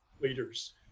leaders